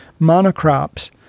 monocrops